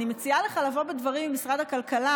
אני מציעה לך לבוא בדברים עם משרד הכלכלה,